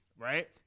right